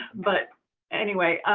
but anyway,